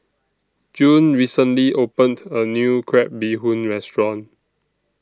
June recently opened A New Crab Bee Hoon Restaurant